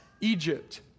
Egypt